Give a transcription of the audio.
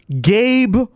Gabe